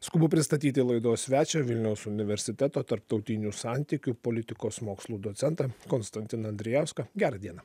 skubu pristatyti laidos svečio vilniaus universiteto tarptautinių santykių politikos mokslų docentą konstantiną andrijauską gerą dieną